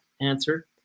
answer